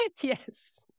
Yes